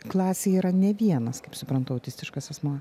klasėj yra ne vienas kaip suprantu autistiškas asmuo